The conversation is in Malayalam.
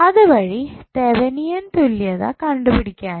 അത് വഴി തെവനിയൻ തുല്യത കണ്ടുപിടിക്കാനും